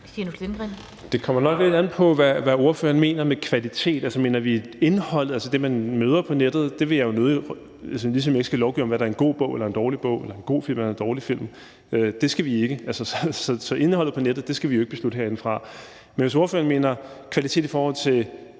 Det kommer nok lidt an på, hvad ordføreren mener med kvalitet. Altså, mener vi indholdet og det, man møder på nettet? Det vil jeg nødig. Altså, ligesom vi ikke skal lovgive om, hvad der er en god bog eller en dårlig bog, eller hvad der er en god film eller en dårlig film, så skal vi heller ikke beslutte indholdet på nettet herindefra – men hvis ordføreren mener kvaliteten af sociale